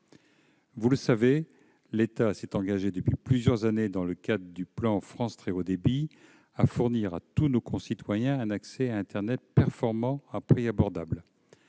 Vous le savez, l'État s'est engagé depuis plusieurs années dans le cadre du plan France Très haut débit à fournir à tous nos concitoyens un accès à internet performant à prix abordable.